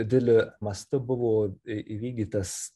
dideliu mastu buvo įvykdytas